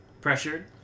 pressured